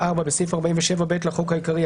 4. בסעיף 47(ב) לחוק העיקרי,